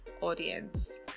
audience